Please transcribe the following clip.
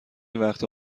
وقتها